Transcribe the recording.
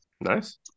nice